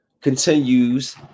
continues